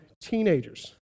teenagers